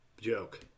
Joke